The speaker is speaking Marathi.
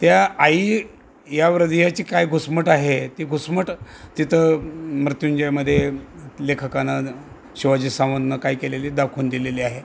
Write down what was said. त्या आई या ह्रदयाची काय घुसमट आहे ती घुसमट तिथं मृत्युंजयमध्ये लेखकानं शिवाजी सावंतनं काय केलेली दाखवून दिलेली आहे